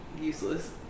useless